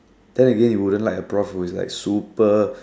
then again you wouldn't like a prof who is like super